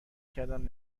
کردم